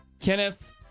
Kenneth